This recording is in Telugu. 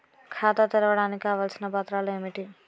ఖాతా తెరవడానికి కావలసిన పత్రాలు ఏమిటి?